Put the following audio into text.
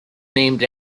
named